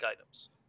items